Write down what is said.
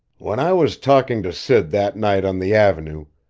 when i was talking to sid that night on the avenue,